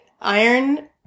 iron